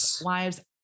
wives